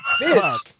fuck